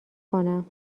کنم